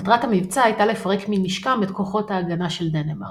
מטרת המבצע הייתה לפרק מנשקם את כוחות ההגנה של דנמרק.